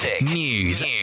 News